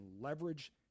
leverage